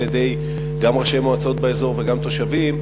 גם מראשי מועצות באזור וגם מתושבים,